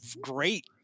great